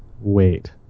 Wait